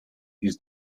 his